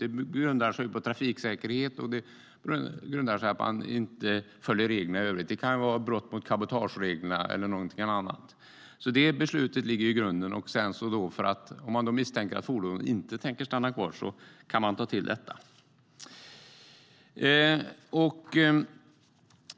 Det grundar sig på trafiksäkerhet och på att man inte följer reglerna i övrigt. Det kan gälla brott mot cabotagereglerna eller någonting annat. Detta beslut ligger i grunden. Om man sedan misstänker att föraren inte tänker låta fordonet stanna kvar kan man ta till detta.